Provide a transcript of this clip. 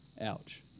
Ouch